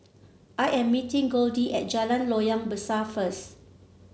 I am meeting Goldie at Jalan Loyang Besar first